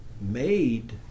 made